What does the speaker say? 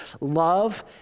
Love